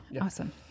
awesome